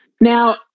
Now